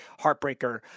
heartbreaker